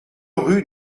rue